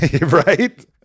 right